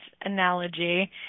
analogy